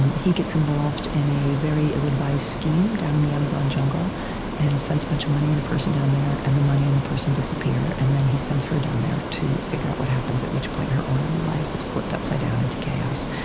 he gets involved in a very ill-advised scheme down in the amazon jungle and sends a bunch of money and a person down there, and the money and the person disappear. and then he sends her down there to figure out what happens, at which point her orderly life is flipped upside down into chaos.